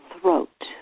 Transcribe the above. throat